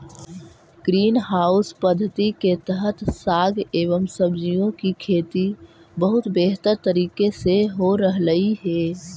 green house पद्धति के तहत साग एवं सब्जियों की खेती बहुत बेहतर तरीके से हो रहलइ हे